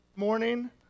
morning